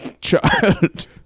child